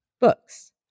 books